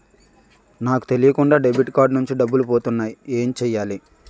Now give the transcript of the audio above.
నాకు తెలియకుండా debit card నుంచి డబ్బులు పోతున్నాయి ఎం చెయ్యాలి?